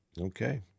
Okay